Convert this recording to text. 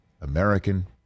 American